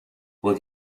will